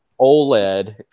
OLED